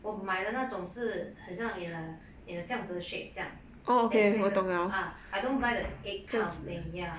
我买的那种是很像 in ah in ah 这样子 shape 这样 that 一个一个 ah I don't buy the egg kind of thing ya